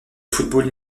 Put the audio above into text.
football